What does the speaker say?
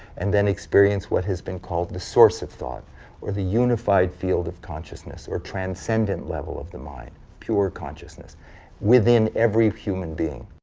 and then experience what has been called the source of thought or the unified field of consciousness or transcendent level of the mind pure consciousness within every human being.